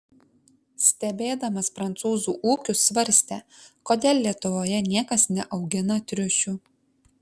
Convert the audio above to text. stebėdamas prancūzų ūkius svarstė kodėl lietuvoje niekas neaugina triušių